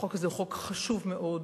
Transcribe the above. החוק הזה הוא חוק חשוב מאוד,